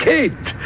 Kate